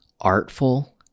artful